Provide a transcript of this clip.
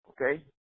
Okay